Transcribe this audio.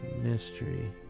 mystery